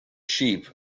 sheep